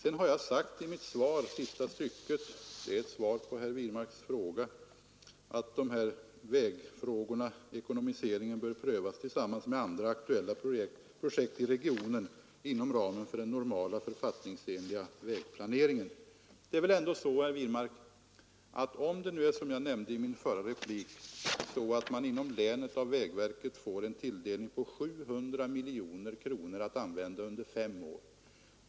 I slutet av mitt svar på herr Wirmarks fråga har jag sagt att ekonomiseringen bör ”prövas tillsammans med andra aktuella projekt i regionen inom ramen för den normala författningsenliga vägplaneringen”. Jag nämnde i min förra replik, att man inom länet tilldelats 700 miljoner kronor av vägverket att användas under fem år.